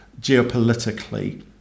geopolitically